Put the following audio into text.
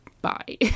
Bye